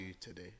today